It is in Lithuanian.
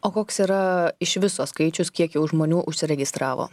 o koks yra iš viso skaičius kiek jau žmonių užsiregistravo